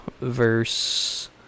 verse